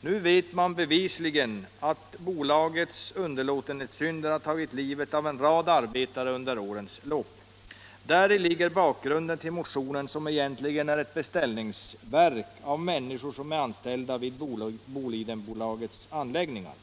Nu vet man bevisligen att bolagets underlåtenhetssynder har tagit livet av en rad arbetare under årens lopp. Däri ligger bakgrunden till motionen, som egentligen är ett beställningsverk av människor som är anställda vid Bolidenbolagets anläggningar.